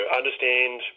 understand